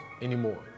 anymore